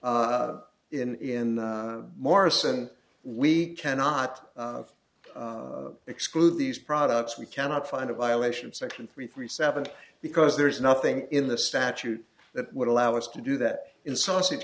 in morrison we cannot exclude these products we cannot find a violation of section three three seven because there is nothing in the statute that would allow us to do that in sausage